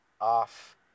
off